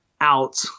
out